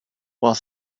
while